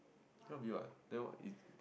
cannot be what then what is